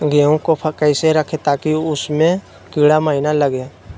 गेंहू को कैसे रखे ताकि उसमे कीड़ा महिना लगे?